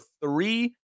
three